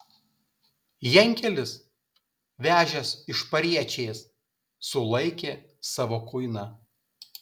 jankelis vežęs iš pariečės sulaikė savo kuiną